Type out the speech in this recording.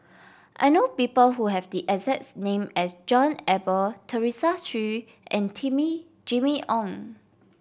I know people who have the exact name as John Eber Teresa Hsu and Jimmy Ong